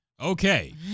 Okay